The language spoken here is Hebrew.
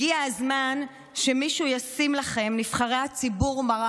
הגיע הזמן שמישהו ישים לכם מראה, נבחרי הציבור,